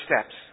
steps